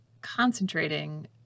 concentrating